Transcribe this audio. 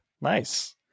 Nice